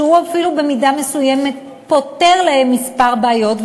שבמידה מסוימת הוא אפילו פותר להם כמה בעיות,